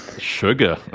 sugar